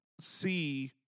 see